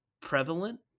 prevalent